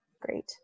Great